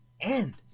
end